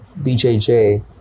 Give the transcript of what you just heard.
BJJ